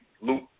Luke